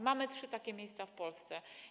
Mamy trzy takie miejsca w Polsce.